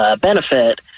benefit